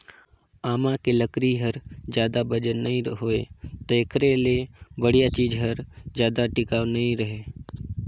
आमा के लकरी हर जादा बंजर नइ होय त एखरे ले बड़िहा चीज हर जादा टिकाऊ नइ रहें